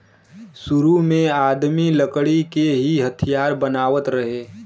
सुरु में आदमी लकड़ी के ही हथियार बनावत रहे